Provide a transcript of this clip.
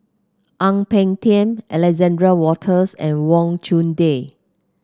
Ang Peng Tiam Alexander Wolters and Wang Chunde